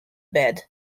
bed